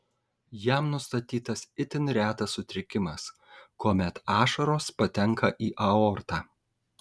jam nustatytas itin retas sutrikimas kuomet ašaros patenka į aortą